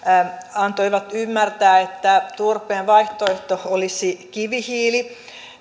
antoivat ymmärtää että turpeen vaihtoehto olisi kivihiili